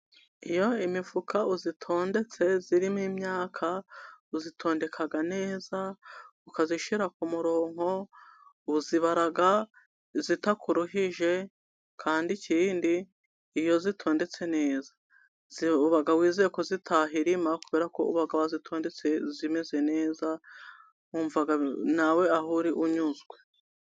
Iyo imifuka uyitondetse irimo imyaka, uzitondeka neza, ukazishira ku murongo, uzibara zitakururuhije, kandi ikindi iyo zitondetse neza. Uba wizeye ko itahirima, kubera ko uba wayitondetse imeze neza, wumva nawe aho uri unyuzwe.